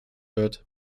wird